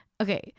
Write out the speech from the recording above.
okay